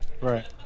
Right